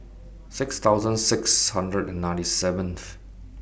six thousand six hundred and ninety seventh